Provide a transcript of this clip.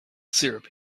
syrup